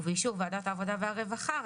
ובאישור ועדת העבודה והרווחה של הכנסת,